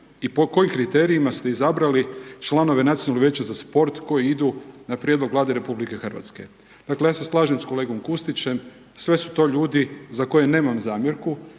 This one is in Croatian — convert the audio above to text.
i po kojim kriterijima ste izabrali članove Nacionalnog vijeća za sport, koji idu na prijedlog Vlade RH. Dakle, ja se slažem s kolegom Kustićem, sve su to ljudi za koje nemam zamjerku,